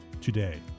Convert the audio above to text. today